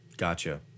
Gotcha